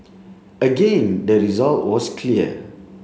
again the result was clear